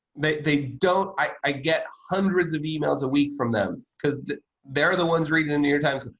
they don't. i get hundreds of emails a week from them because they're the ones reading the new york times.